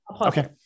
Okay